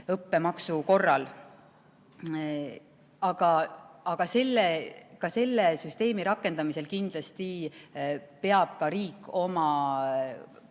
täisõppemaksu korral. Aga ka selle süsteemi rakendamisel kindlasti peab riik oma